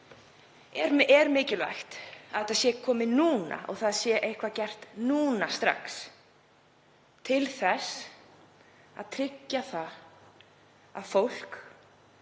er mikilvægt að þetta sé komið núna og það sé eitthvað gert núna strax til að tryggja að fólk